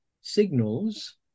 signals